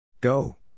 Go